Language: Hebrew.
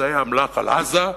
אמצעי אמל"ח על עזה,